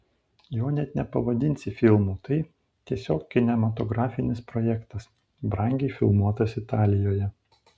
jo net nepavadinsi filmu tai tiesiog kinematografinis projektas brangiai filmuotas italijoje